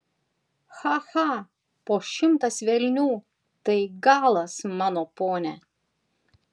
cha cha po šimtas velnių tai galas mano pone